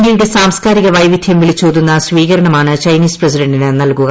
ഇന്തൃയുടെ സാംസ് കാരിക വൈവിധ്യം വിളിച്ചോതുന്ന സ്വീകരണമാണ് ചൈനീസ് പ്രസിഡന്റിന് നൽകുക